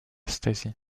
stasi